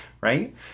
Right